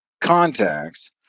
contacts